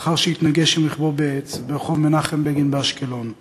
לאחר שרכבו התנגש בעץ ברחוב מנחם בגין באשקלון.